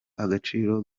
agaciro